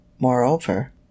Moreover